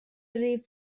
rif